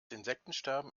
insektensterben